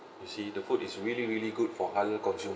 you see the food is really really good for halal consumers